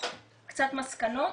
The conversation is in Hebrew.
קצת מסקנות.